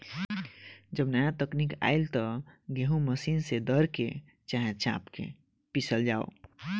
जब नाया तकनीक आईल त गेहूँ मशीन से दर के, चाहे चाप के पिसल जाव